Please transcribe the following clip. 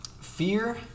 fear